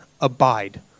abide